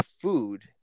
food